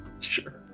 Sure